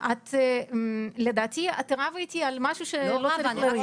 עידית, לדעתי את רבה איתי על משהו שלא צריך.